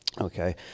Okay